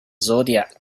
zodiac